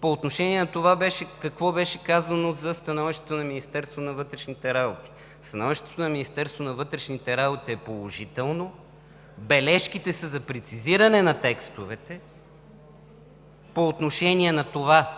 по отношение на това какво беше казано за становището на Министерството на вътрешните работи. Становището на Министерството на вътрешните работи е положително, бележките са за прецизиране на текстовете по отношение на това